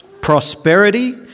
prosperity